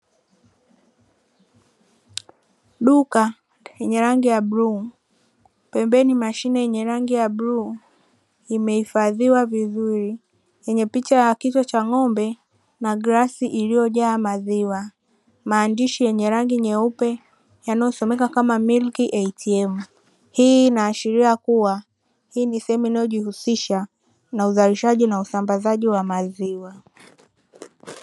Duka lenye rangi ya bluu pembeni mashine yenye rangi ya bluu imehifadhiwa vizuri yenye picha ya kichwa cha ng'ombe na glasi iliyojaa maziwa, maandishi yenye rangi nyeupe yanayosomeka kama "milk ATM", hii inaashiria kuwa hii ni sehemu inayojihusisha na uzalishaji na usambazaji wa maziwa.